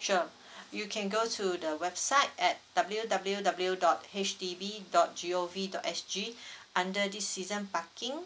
sure you can go to the website at W W W dot H D B dot G O V dot S G under this season parking